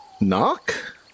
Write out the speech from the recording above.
Knock